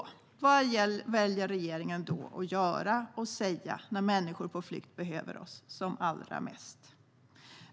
Vad väljer regeringen då att göra och säga, när människor på flykt behöver oss som allra mest?